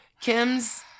Kim's